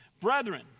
Brethren